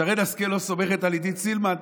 שרן השכל לא סומכת על עידית סילמן?